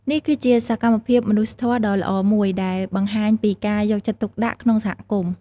នេះគឺជាសកម្មភាពមនុស្សធម៌ដ៏ល្អមួយ ដែលបង្ហាញពីការយកចិត្តទុកដាក់ក្នុងសហគមន៍។